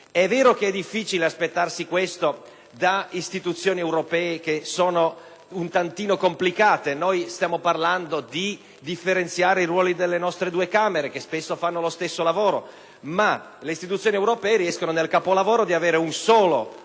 È vero che è difficile aspettarsi questo da istituzioni europee un po' complicate. Noi, ad esempio, stiamo discutendo di differenziare i ruoli delle nostre due Camere, che spesso compiono lo stesso lavoro, ma le istituzioni europee riescono nel capolavoro di avere una sola Camera,